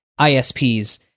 ISPs